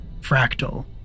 Fractal